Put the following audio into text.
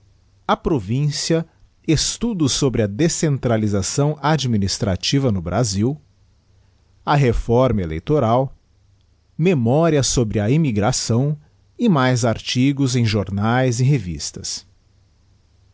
a provinda estudos sobre a descentralisação administrativa no brasil a reforma eleitoral memoria sobre a immigração e mais artigos em jomaes e revistas